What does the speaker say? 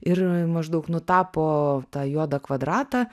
ir maždaug nutapo tą juodą kvadratą